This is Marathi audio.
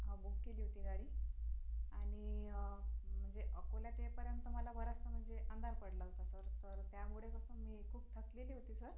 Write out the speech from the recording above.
हं बुक केली होती गाडी आणि म्हणजे अकोल्यात येईपर्यंत मला बराच म्हणजे अंधार पडला होता सर तर त्यामुळे कसं मी खूप थकलेली होती सर